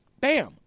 bam